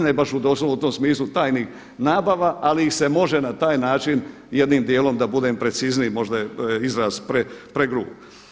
Ne baš doslovno u tom smislu tajnih nabava ali ih se može na taj način jednim djelom da budem precizniji, možda je izraz pregrub.